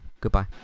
goodbye